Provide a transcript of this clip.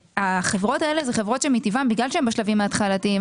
החברות האלה זה חברות שמטיבן בגלל שהם בשלבים ההתחלתיים,